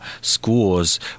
schools